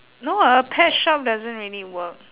no ah pet shop doesn't really work